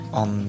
on